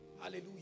Hallelujah